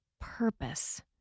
purpose